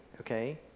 okay